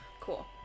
cool